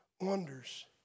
wonders